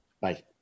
Bye